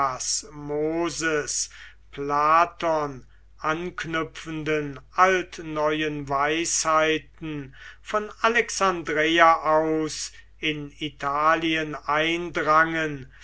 moses platon anknüpfenden altneuen weisheiten von alexandreia aus in italien eindrangen